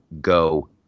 go